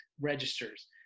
registers